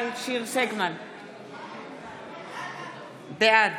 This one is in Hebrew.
בעד